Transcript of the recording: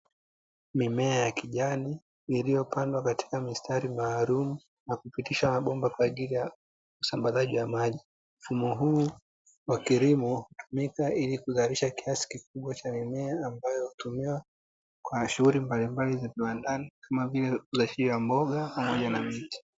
Mimea ya kijani, iliyopandwa katika mistari maalumu na kupitishwa mabomba kwa ajili ya usambazaji wa maji. Mfumo huu wa kilimo hutumika kuzalisha kiasi kikubwa cha mimea ambayo hutumika kwa shughuli mbalimbali za kiwandani, kama vile kuzalisha mboga pamoja na miti.